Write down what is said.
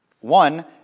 One